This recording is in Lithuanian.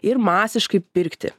ir masiškai pirkti